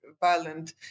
violent